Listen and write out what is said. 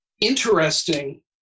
interesting